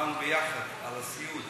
ודיברנו ביחד על הסיעוד,